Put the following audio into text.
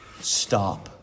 stop